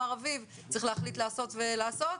כמו שאמר אביב, צריך להחליט לעשות ואז לעשות,